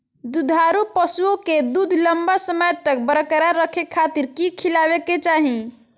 दुधारू पशुओं के दूध लंबा समय तक बरकरार रखे खातिर की खिलावे के चाही?